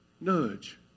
Nudge